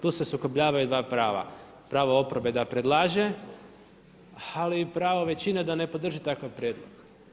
Tu se sukobljavaju dva prava, pravo oporbe da predlaže ali i pravo većine da ne podrži takav prijedlog.